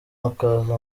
akaza